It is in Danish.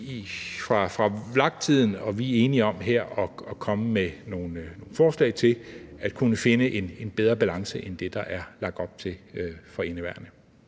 vi er enige om her at komme med nogle forslag om at kunne finde en bedre balance end det, der er lagt op til for indeværende.